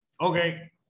okay